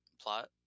plot